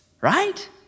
right